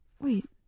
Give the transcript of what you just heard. Wait